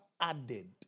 added